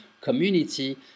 community